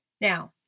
Now